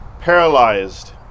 paralyzed